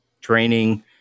training